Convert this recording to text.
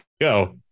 go